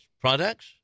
products